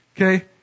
Okay